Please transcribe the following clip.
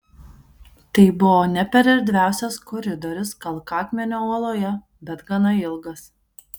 tai buvo ne per erdviausias koridorius kalkakmenio uoloje bet gana ilgas